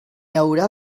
haurà